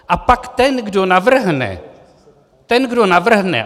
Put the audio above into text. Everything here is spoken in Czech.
A pak ten, kdo navrhne ten, kdo navrhne.